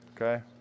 Okay